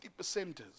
percenters